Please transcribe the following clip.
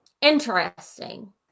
Interesting